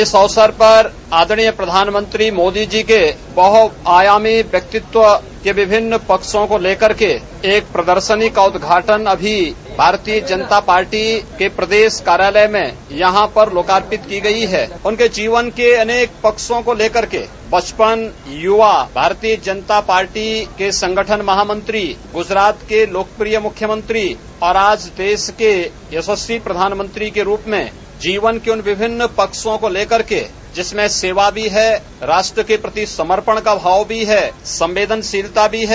इस अवसर पर आदर्णीय प्रधानमंत्री नरेन्द्र मोदी जी के बहुआयामी व्यक्तित्व के विभिन्न पक्षों को लेकर के एक प्रदर्शनी का उदघाटन अभी भारतीय जनता पार्टी के प्रदेश कार्यालय में यहां पर लोकार्पित की गयी हैं उनके जीवन के अनेक पक्षों को लेकर के बचपन युवा भारतीय जनता पार्टी के संगठन महामंत्री गुजरात के लोकप्रिय मुख्यमंत्री और आज देश के यशस्वी प्रधानमंत्री के रूप में जीवन के उन विभिन्न पक्षों को लेकर के जिसमें सेवा भी है राष्ट्र के प्रति समर्पण का भाव भी है संवेदनशीलता भी है